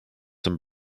some